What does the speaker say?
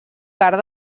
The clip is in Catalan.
carn